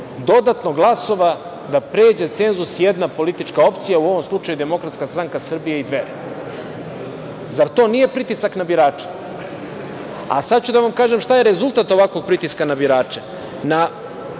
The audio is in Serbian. dodatno glasova da pređe cenzus jedna politička opcija, u ovom slučaju DSS i Dveri? Zar to nije pritisak na birače? Sada ću da vam kažem šta je rezultat ovakvog pritiska na birače.